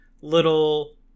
little